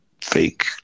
fake